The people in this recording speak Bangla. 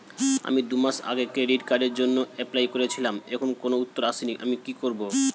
আমি দুমাস আগে ক্রেডিট কার্ডের জন্যে এপ্লাই করেছিলাম এখনো কোনো উত্তর আসেনি আমি কি করব?